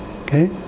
Okay